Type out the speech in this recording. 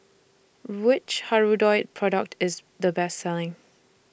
Which Hirudoid Product IS The Best Selling